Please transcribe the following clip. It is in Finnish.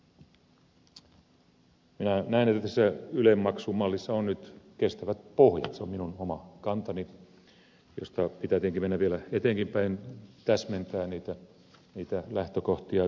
minä näen että tässä yle maksu mallissa on nyt kestävät pohjat se on minun oma kantani josta pitää tietenkin mennä vielä eteenkinpäin täsmentää niitä lähtökohtia tietyiltä osiltaan